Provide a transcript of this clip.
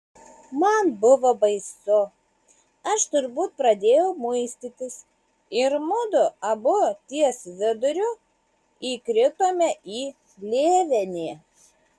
man buvo baisu aš turbūt pradėjau muistytis ir mudu abu ties viduriu įkritome į lėvenį